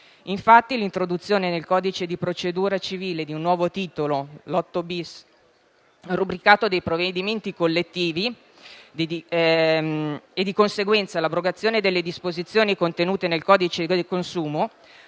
Infatti, l'introduzione nel codice di procedura civile di un nuovo Titolo VIII-*bis*, rubricato "Dei provvedimenti collettivi", e, di conseguenza, l'abrogazione delle disposizioni contenute nel codice del consumo,